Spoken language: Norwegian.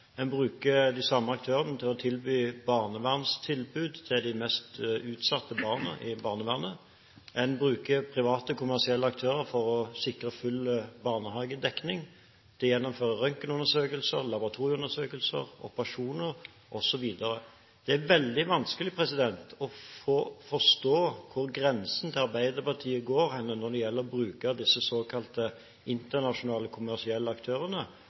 en bruker de samme aktørene når det tilbys barnevernstilbud til de mest utsatte barna i barnevernet, en bruker private, kommersielle aktører for å sikre full barnehagedekning, til å gjennomføre røntgenundersøkelser, laboratorieundersøkelser, operasjoner osv. Det er veldig vanskelig å forstå hvor grensen til Arbeiderpartiet går når det gjelder bruken av disse såkalte internasjonale kommersielle aktørene